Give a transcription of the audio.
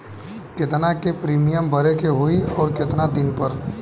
केतना के प्रीमियम भरे के होई और आऊर केतना दिन पर?